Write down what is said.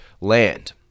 land